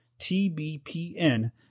TBPN